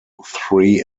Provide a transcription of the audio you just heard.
three